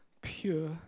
pure